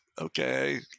okay